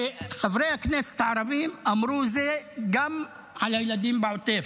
וחברי הכנסת הערבים אמרו את זה גם על הילדים בעוטף,